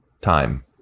time